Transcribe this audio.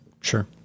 Sure